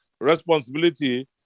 responsibility